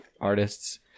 artists